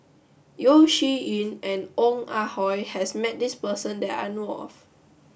Yeo Shih Yun and Ong Ah Hoi has met this person that I know of